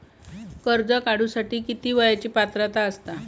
कर्ज काढूसाठी किती वयाची पात्रता असता?